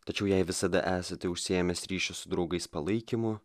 tačiau jei visada esate užsiėmęs ryšiu su draugais palaikymu